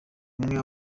umwe